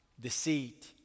deceit